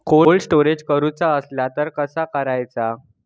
Cold storage करूचा असला तर कसा करायचा?